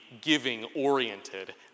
giving-oriented